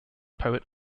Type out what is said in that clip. poet